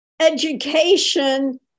education